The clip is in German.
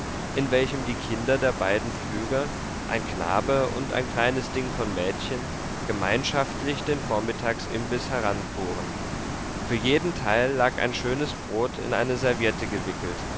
in welchem die kinder der beiden pflüger ein knabe und ein kleines ding von mädchen gemeinschaftlich den vormittagsimbiß heranfuhren für jeden teil lag ein schönes brot in eine serviette gewickelt